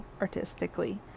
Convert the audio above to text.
artistically